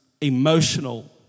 emotional